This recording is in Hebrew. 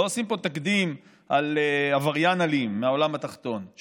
לא עושים פה תקדים על עבריין אלים מהעולם התחתון,